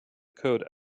code